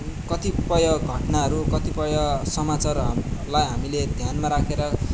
कतिपय घटनाहरू कतिपय समाचारलाई हामीले ध्यानमा राखेर